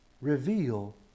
reveal